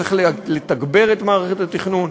צריך לתגבר את מערכת התכנון.